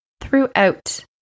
throughout